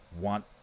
want